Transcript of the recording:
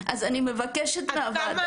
אז אני מבקשת מהוועדה --- עד כמה